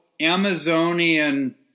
Amazonian